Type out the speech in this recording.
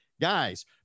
Guys